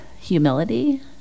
humility